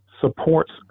supports